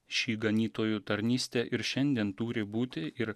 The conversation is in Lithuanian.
šį ganytojų tarnystė ir šiandien turi būti ir